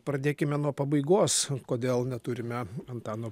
pradėkime nuo pabaigos kodėl neturime antano